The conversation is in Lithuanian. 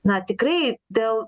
na tikrai dėl